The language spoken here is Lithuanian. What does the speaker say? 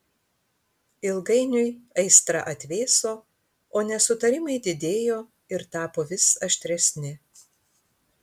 ilgainiui aistra atvėso o nesutarimai didėjo ir tapo vis aštresni